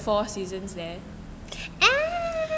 a'ah